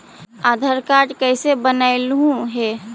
आधार card कईसे बनैलहु हे?